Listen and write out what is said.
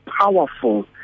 powerful